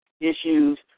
issues